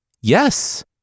Yes